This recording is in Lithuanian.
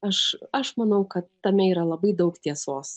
aš aš manau kad tame yra labai daug tiesos